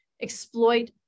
exploit